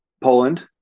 Poland